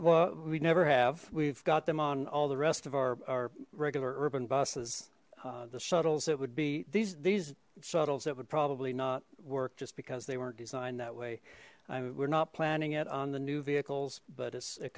well we'd never have we've got them on all the rest of our regular urban buses the shuttles that would be these these shuttles that would probably not work just because they weren't designed that way and we're not planning it on the new vehicles but